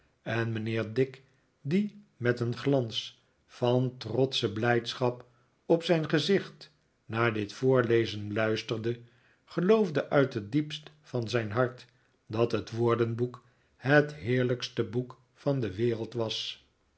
en mijnheer dick die met een glans van trotsche blijdschap op zijn gezicht naar dit voorlezen luisterde geloofde uit het diepst van zijn hart dat het woordenboek het heerlijkste boek van de wereld was